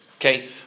Okay